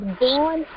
born